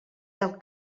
del